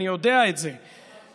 אני יודע את זה,